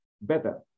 better